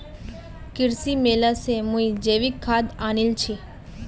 कृषि मेला स मुई जैविक खाद आनील छि